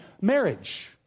marriage